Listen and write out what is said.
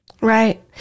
Right